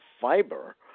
fiber